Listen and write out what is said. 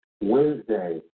Wednesday